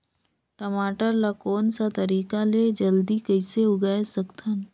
टमाटर ला कोन सा तरीका ले जल्दी कइसे उगाय सकथन?